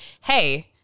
hey